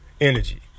energy